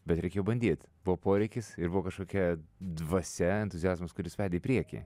bet reikėjo bandyt buvo poreikis ir buvo kažkokia dvasia entuziazmas kuris vedė į priekį